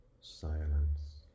silence